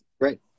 great